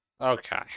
Okay